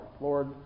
Lord